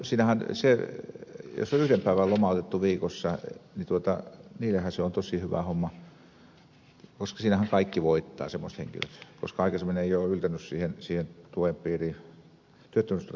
jos on lomautettu yhden päivän viikossa niin niillehän se on tosi hyvä homma koska kaikki semmoiset henkilöt voittavat koska aikaisemmin ei ole yltänyt työttömyystuen piiriin ollenkaan